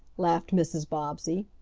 laughed mrs. bobbsey.